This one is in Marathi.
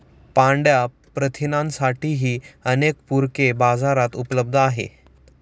पांढया प्रथिनांसाठीही अनेक पूरके बाजारात उपलब्ध आहेत